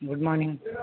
good morning